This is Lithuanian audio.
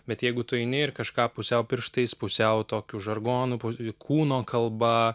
bet jeigu tu eini ir kažką pusiau pirštais pusiau tokiu žargonu po kūno kalba